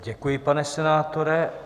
Děkuji, pane senátore.